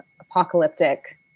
apocalyptic